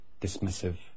dismissive